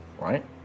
right